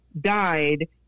died